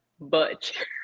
Butch